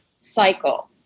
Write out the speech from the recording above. cycle